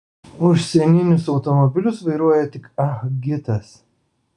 užsieninius automobilius vairuoja tik ah gitas